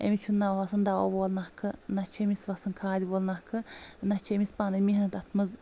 أمِس چھُ نہَ وَسا ن دوہ وول نَکھہٕ نہ چھُ أمِس وَسان کھادِ وول نَکھہٕ نہ چھِ أمِس پَنٕنۍ محنت اَتھ منٛز